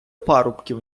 парубків